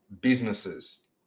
businesses